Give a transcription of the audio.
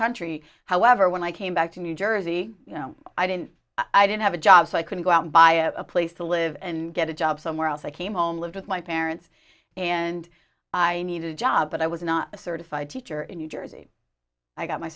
country however when i came back to new jersey you know i didn't i didn't have a job so i couldn't go out and buy a place to live and get a job somewhere else i came home lived with my parents and i needed a job but i was not a certified teacher in new jersey i got my